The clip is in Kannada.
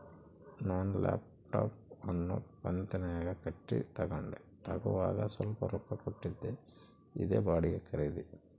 ನಾನು ಲ್ಯಾಪ್ಟಾಪ್ ಅನ್ನು ಕಂತುನ್ಯಾಗ ಕಟ್ಟಿ ತಗಂಡೆ, ತಗೋವಾಗ ಸ್ವಲ್ಪ ರೊಕ್ಕ ಕೊಟ್ಟಿದ್ದೆ, ಇದೇ ಬಾಡಿಗೆ ಖರೀದಿ